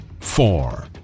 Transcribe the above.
four